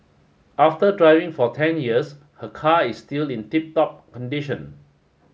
after driving for ten years her car is still in tip top condition